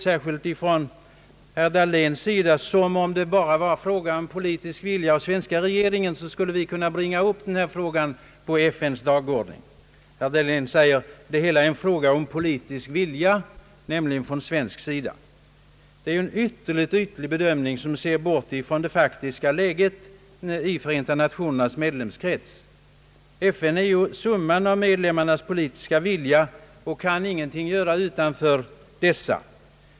Särskilt herr Dahlén har uttalat att om bara den svenska regeringen hade »en politisk vilja» så skulle vi kunna få upp denna fråga på FN:s dagordning. Herr Dahlén menar alltså att det hela bara är en fråga om politisk vilja från svensk sida. Detta är en ytterligt ytlig bedömning som bortser från det faktiska läget i Förenta nationernas medlemskrets. FN är ju summan av medlemmarnas politiska vilja och kan ingenting göra utanför dessa.